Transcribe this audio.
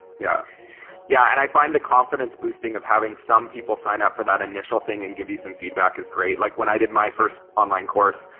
yeah yeah and i find the confidence boosting of having some people sign up for that initial thing and give you some feedback is great like when i did my first online course,